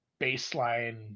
baseline